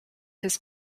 his